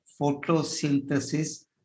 photosynthesis